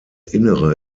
innere